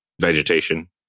vegetation